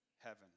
heaven